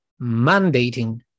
mandating